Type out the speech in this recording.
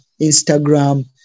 Instagram